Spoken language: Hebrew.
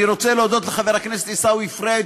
אני רוצה להודות לחבר הכנסת עיסאווי פריג',